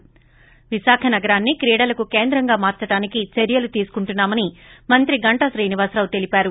ి విశాఖ నగరాన్ని క్రీడలకు కేంద్రంగా మార్సడానికి చర్యలు తీసుకుంటున్నా మని మంత్రి గంటా శ్రీనివాసరావు తెలిపారు